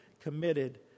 committed